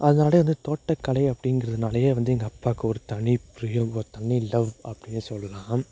அதுனாலே வந்து தோட்டக்கலை அப்படின்றதுனாலையே வந்து எங்கள் அப்பாக்கு ஒரு தனி பிரியம் ஒரு தனி லவ் அப்படின்னு சொல்லலாம்